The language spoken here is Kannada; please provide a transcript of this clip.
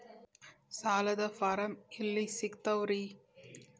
ಸಾಲದ ಫಾರಂ ಎಲ್ಲಿ ಸಿಕ್ತಾವ್ರಿ?